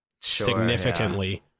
significantly